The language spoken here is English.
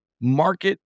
market